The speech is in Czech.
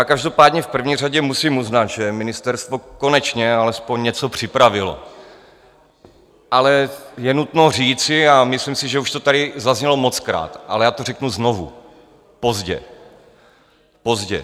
Každopádně v první řadě musím uznat, že ministerstvo konečně alespoň něco připravilo, ale je nutno říci, a myslím si, že už to tady zaznělo mockrát, ale já to řeknu znovu, pozdě.